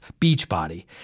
Beachbody